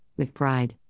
McBride